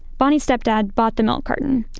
bonnie stepdad bought the milk carton,